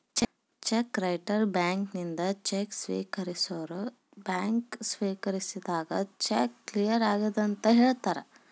check writer ಬ್ಯಾಂಕಿನಿಂದ cheque ಸ್ವೇಕರಿಸೋರ್ bank ಸ್ವೇಕರಿಸಿದಾಗ ಚೆಕ್ ಕ್ಲಿಯರ್ ಆಗೆದಂತ ಹೇಳ್ತಾರ